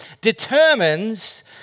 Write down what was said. determines